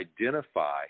identify